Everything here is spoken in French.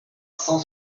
cent